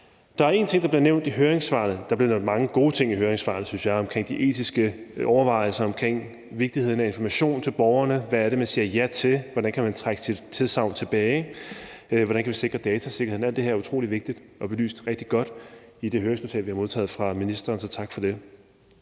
Der er en ting, der bliver nævnt i høringssvarene. Der bliver nævnt mange gode ting i høringssvarene, synes jeg, om de etiske overvejelser omkring vigtigheden af information til borgerne om, hvad det er, man siger ja til, hvordan man kan trække sit tilsagn tilbage, og hvordan vi kan sikre datasikkerheden. Alt det her er utrolig vigtigt og belyst rigtig godt i det høringsnotat, vi har modtaget fra ministeren. Så tak for det.